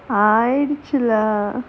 ஆய்டுச்சு:aayiduchu lah